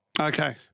Okay